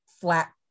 flat